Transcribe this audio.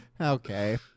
Okay